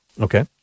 Okay